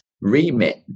remit